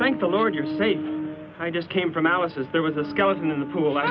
thank the lord you're safe i just came from alice's there was a skeleton in the pool and